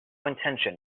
intention